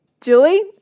Julie